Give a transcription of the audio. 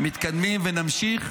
מתקדמים ונמשיך,